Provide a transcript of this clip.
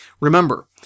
Remember